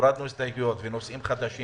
שאז גם הורדנו הסתייגויות, הורדנו נושאים חדשים,